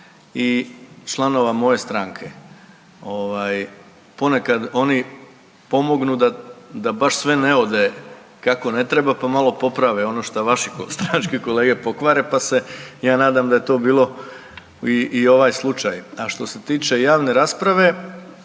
i članova moje stranke. Ponekad oni pomognu da baš sve ne ode kako ne treba, pa malo poprave ono što vaši stranački kolege pokvare, pa se ja nadam da je to bilo i ovaj slučaj. A što se tiče javne rasprave,